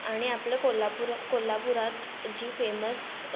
आणि आपलं कोल्हापूर कोल्हापुरात जी फेमस